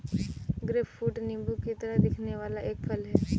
grapefruit नींबू की तरह दिखने वाला एक फल है